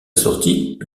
sortie